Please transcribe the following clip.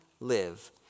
live